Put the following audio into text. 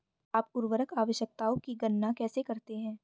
आप उर्वरक आवश्यकताओं की गणना कैसे करते हैं?